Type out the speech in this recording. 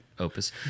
Opus